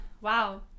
Wow